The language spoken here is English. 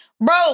Bro